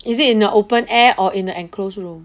is it in an open air or in an enclosed room